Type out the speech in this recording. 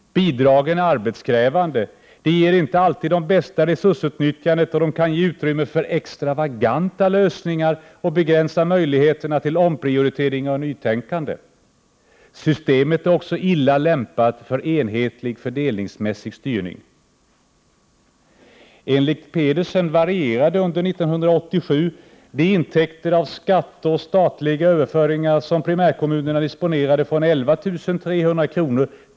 Bidragen är arbetskrävande, de ger inte alltid det bästa resursutnyttjandet, och de kan ge utrymme för extravaganta” lösningar och begränsa möjligheterna till omprioritering och nytänkande. Systemet är också illa lämpat för enhetlig fördelningsmässig styrning.” Enligt Pedersen varierade under 1987 de intäkter av skatteöverföringar och statliga överföringar som primärkommunerna disponerade från 11 300 kr.